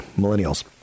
Millennials